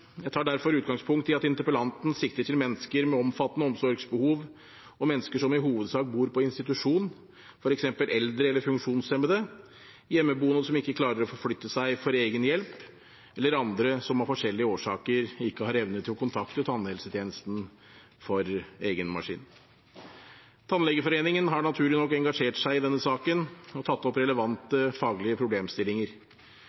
Jeg tar derfor utgangspunkt i at interpellanten sikter til mennesker med omfattende omsorgsbehov og mennesker som i hovedsak bor på institusjon, f.eks. eldre eller funksjonshemmede, hjemmeboende som ikke klarer å forflytte seg for egen hjelp, eller andre som av forskjellige årsaker ikke har evne til å kontakte tannhelsetjenesten for egen maskin. Tannlegeforeningen har naturlig nok engasjert seg i denne saken og tatt opp relevante faglige problemstillinger.